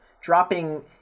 dropping